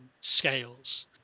scales